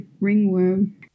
ringworm